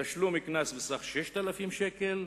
תשלום קנס בסך 6,000 שקל.